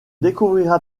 découvrira